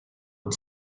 and